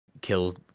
kills